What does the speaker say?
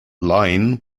line